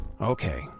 okay